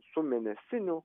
su mėnesiniu